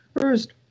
First